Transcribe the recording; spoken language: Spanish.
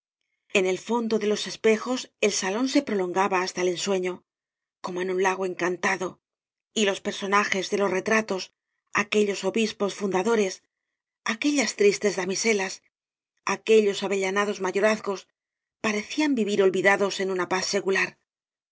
en el fondo de los espejos el salón se prolongaba hasta el ensueño como en un lago encantado y los personajes de los retratos aquellos obis pos fundadores aquellas tristes damiselas aquellos avellanados mayorazgos parecían vivir olvidados en una paz